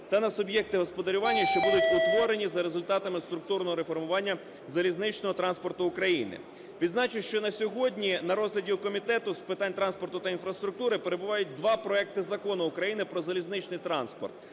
та на суб'єкти господарювання, що будуть утворені за результатами структурного реформування залізничного транспорту України. Відзначу, що на сьогодні на розгляді у Комітету з питань транспорту та інфраструктури перебувають два проекти Закону України про залізничний транспорт.